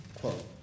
quote